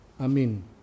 Amen